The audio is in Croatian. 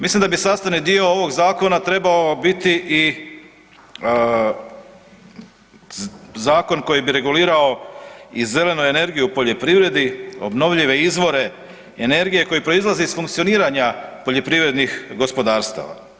Mislim da bi sastavni dio ovog zakona trebao biti i zakon koji bi regulirao i zelenu energiju u poljoprivredi, obnovljive izvore energije koji proizlaze iz funkcioniranja poljoprivrednih gospodarstava.